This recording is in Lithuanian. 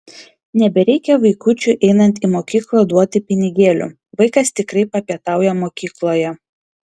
nebereikia vaikučiui einant į mokyklą duoti pinigėlių vaikas tikrai papietauja mokykloje